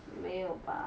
没有吧